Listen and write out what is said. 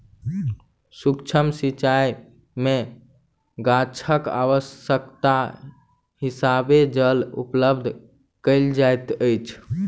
सुक्ष्म सिचाई में गाछक आवश्यकताक हिसाबें जल उपलब्ध कयल जाइत अछि